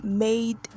Made